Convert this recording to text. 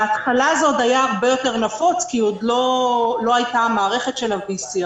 בהתחלה זה עוד היה הרבה יותר נפוץ כי עוד לא הייתה המערכת של ה-וי-סי,